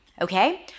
Okay